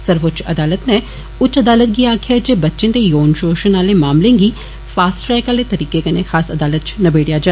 सर्वोच्च अदालतै नै उच्च अदालतें गी आक्खेआ ऐ जे बच्चें दे यौन षोशण आले मामलें गी फास्ट ट्रेक तरीकें कन्नै खास अदालतै च नबेडेआ जा